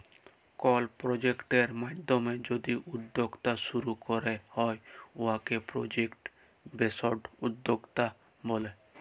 call project মাইধ্যমে যদি উদ্যক্তা শুরু ক্যরা হ্যয় উয়াকে পরজেক্ট বেসড উদ্যক্তা ব্যলে